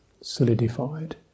solidified